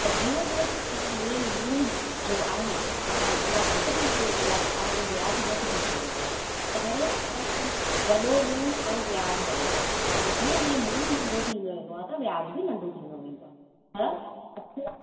त जीअं जीअं मुल जो आहे अमाउंट उहा घटि थी वेंदी आहे त तव्हांजो व्याज घटि थींदो वेंदो आहे पहिरों छा आहे की वॾो मुल ऐं व्याज वॾो ऐं जीअं जीअं मुल नंढो थींदो वेंदो आहे त व्याज भी नंढो थींदो वेंदो आहे अचो